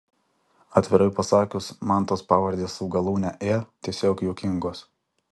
atvirai pasakius man tos pavardės su galūne ė tiesiog juokingos